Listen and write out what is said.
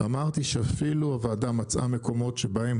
אמרתי שאפילו הוועדה מצאה מקומות שבהם